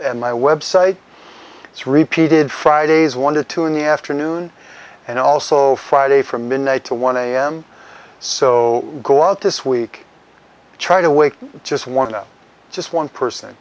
and my website it's repeated fridays one to two in the afternoon and also friday from midnight to one am so go out this week try to wake just one of just one person